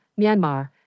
Myanmar